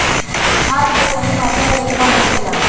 खाद्य के सही मात्रा केतना होखेला?